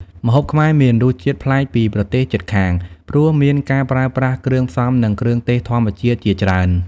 ម្ហូបខ្មែរមានរសជាតិប្លែកពីប្រទេសជិតខាង ព្រោះមានការប្រើប្រាស់គ្រឿងផ្សំ និងគ្រឿងទេសធម្មជាតិជាច្រើន។